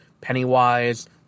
Pennywise